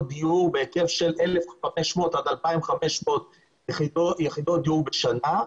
דיור בהיקף של 1,500 עד 2,500 יחידות דיור בשנה.